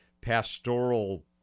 pastoral